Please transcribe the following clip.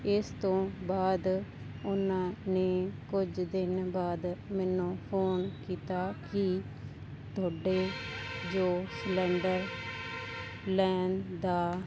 ਇਸ ਤੋਂ ਬਾਅਦ ਉਹਨਾਂ ਨੇ ਕੁਝ ਦਿਨ ਬਾਅਦ ਮੈਨੂੰ ਫੋਨ ਕੀਤਾ ਕਿ ਤੁਹਾਡੇ ਜੋ ਸਿਲੰਡਰ ਲੈਣ ਦਾ